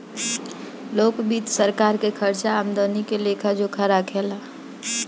लोक वित्त सरकार के खर्चा आमदनी के लेखा जोखा राखे ला